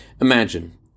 Imagine